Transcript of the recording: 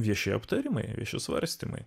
vieši aptarimai vieši svarstymai